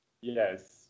Yes